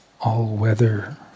all-weather